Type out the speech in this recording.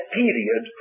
period